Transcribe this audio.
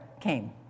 came